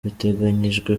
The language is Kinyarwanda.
biteganyijwe